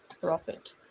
profit